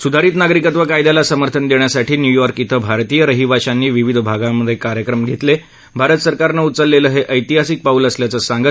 सुधारित नागरिकत्व कायद्याला समर्थन दख्खासाठी न्यूयॉर्क ध्व भारतीय रहिवाशांनी विविध भागांत कार्यक्रम घक्लि आरत सरकारनं उचललल हा प्रेतिहासिक पाऊल असल्याचं सांगत